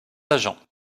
agents